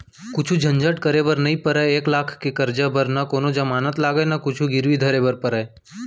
कुछु झंझट करे बर नइ परय, एक लाख के करजा बर न कोनों जमानत लागय न कुछु गिरवी धरे बर परय